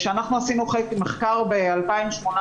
כשאנחנו עשינו מחקר ב-2018,